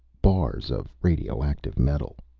bars of radioactive metal.